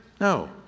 No